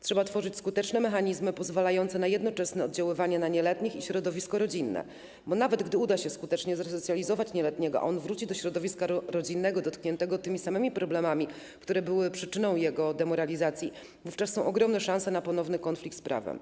Trzeba tworzyć skuteczne mechanizmy, pozwalające na jednoczesne oddziaływanie i na nieletnich, i na środowisko rodzinne, bo nawet gdy uda się skutecznie zresocjalizować nieletniego, a on wróci do środowiska rodzinnego dotkniętego tymi samymi problemami, które były przyczyną jego demoralizacji, wówczas są ogromne szanse na ponowny konflikt nieletniego z prawem.